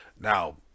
Now